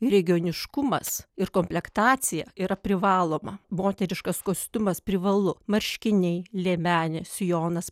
ir regioniškumas ir komplektacija yra privaloma moteriškas kostiumas privalu marškiniai liemenė sijonas